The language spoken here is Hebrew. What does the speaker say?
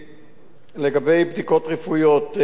לגבי בדיקות רפואיות חיצוניות,